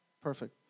Perfect